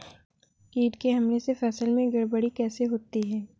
कीट के हमले से फसल में गड़बड़ी कैसे होती है?